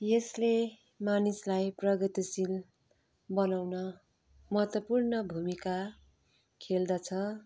यसले मानिसलाई प्रगतिशील बनाउन महत्त्वपूर्ण भूमिका खेल्दछ